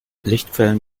lichtquellen